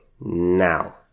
Now